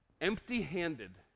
empty-handed